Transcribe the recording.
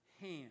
hand